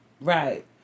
Right